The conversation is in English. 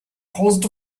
caused